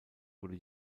wurde